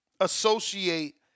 associate